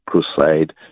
crusade